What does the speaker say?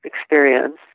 experience